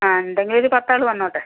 ആ ഉണ്ടെങ്കിലൊരു പത്താള് വന്നോട്ടെ